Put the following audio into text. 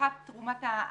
תפחת תרומת הזרע,